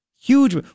Huge